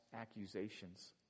accusations